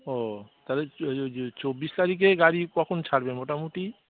ও তাহলে চব্বিশ তারিখে গাড়ি কখন ছাড়বে মোটামুটি